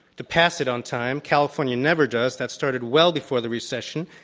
to pass it on time, california never does, that started well before the recession.